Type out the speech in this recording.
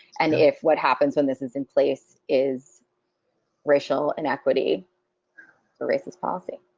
and if what happens when this is in place is racial inequity, its a racist policy.